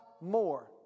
more